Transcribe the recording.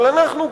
אבל אנחנו,